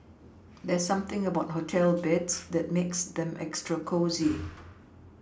there's something about hotel beds that makes them extra cosy